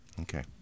Okay